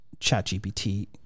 ChatGPT